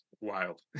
wild